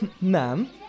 Ma'am